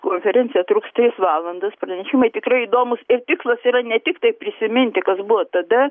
konferencija truks tris valandas pranešimai tikrai įdomūs ir tikslas yra ne tiktai prisiminti kas buvo tada